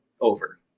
over